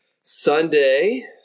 Sunday